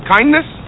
Kindness